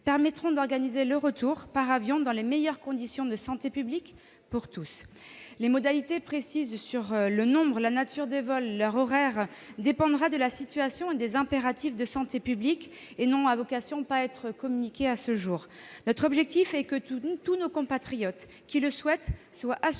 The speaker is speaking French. permettront d'organiser le retour par avion dans les meilleures conditions de santé publique pour tous. Les modalités précises sur le nombre, la nature des vols et leurs horaires dépendront de la situation et des impératifs de santé publique. Elles n'ont pas vocation à être communiquées à ce jour. Notre objectif est que tous nos compatriotes qui le souhaitent soient assurés